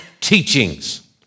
teachings